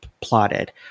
plotted